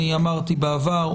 אמרתי בעבר,